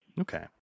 Okay